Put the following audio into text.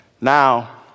Now